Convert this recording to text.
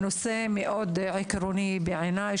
זה נושא מאוד עקרוני בעיניי.